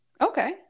Okay